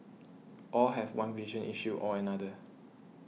all have one vision issue or another